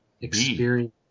experience